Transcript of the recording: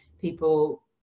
people